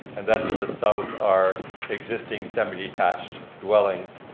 and then to the south are existing seven detached dwellings.